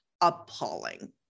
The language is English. appalling